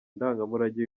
ndangamurage